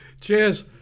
Cheers